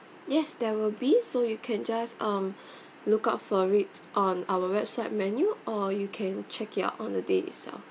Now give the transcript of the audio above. yes there will be so you can just um look up for it on our website menu or you can check it out on the day itself